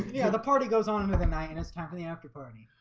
yeah the party goes on into the night and s camp in the after party.